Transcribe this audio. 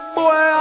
boy